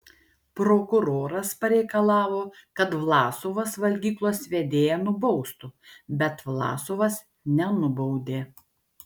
prokuroras pareikalavo kad vlasovas valgyklos vedėją nubaustų bet vlasovas nenubaudė